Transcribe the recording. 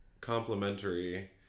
complimentary